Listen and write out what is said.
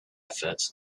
effort